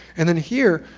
and then here,